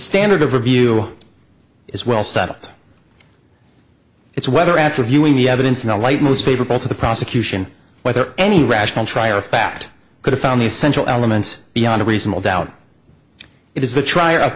standard of review is well settled it's whether after viewing the evidence in the light most favorable to the prosecution whether any rational trier of fact could have found the essential elements beyond a reasonable doubt it is the tr